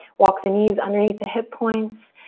walk the knees underneath the hip points.